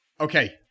Okay